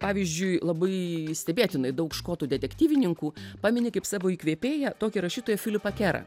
pavyzdžiui labai stebėtinai daug škotų detektyvininkų pamini kaip savo įkvėpėją tokį rašytoją filipą kerą